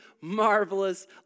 marvelous